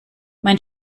mein